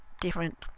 different